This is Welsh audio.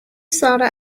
sarra